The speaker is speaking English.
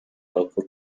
local